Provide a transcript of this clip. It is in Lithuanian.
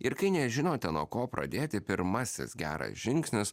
ir kai nežinote nuo ko pradėti pirmasis geras žingsnis